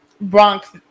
Bronx